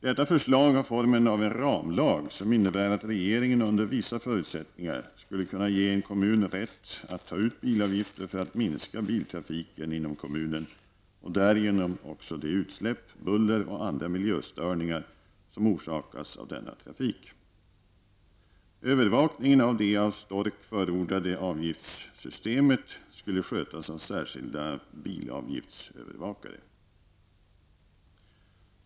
Detta förslag har formen av en ramlag som innebär att regeringen under vissa förutsättningar skulle kunna ge en kommun rätt att ta ut bilavgifter för att minska biltrafiken inom kommunen och därigenom också de utsläpp, buller och andra miljöstörningar som orsakas av denna trafik. Övervakningen av det av STORK förordade avgiftssystemet skulle skötas av särskilda bilavgiftsövervakare.